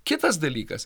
kitas dalykas